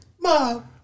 Mom